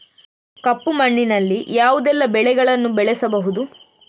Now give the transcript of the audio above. ಕಪ್ಪು ಮಣ್ಣಿನಲ್ಲಿ ಯಾವುದೆಲ್ಲ ಬೆಳೆಗಳನ್ನು ಬೆಳೆಸಬಹುದು?